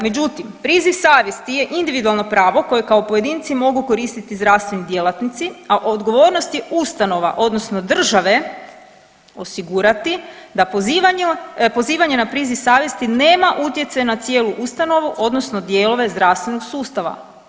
Međutim, priziv savjesti je individualno pravo koje kao pojedinci mogu koristiti zdravstveni djelatnici, a odgovornost je ustanova, odnosno države osigurati da pozivanje na priziv savjesti nema utjecaj na cijelu ustanovu odnosno dijelove zdravstvenog sustava.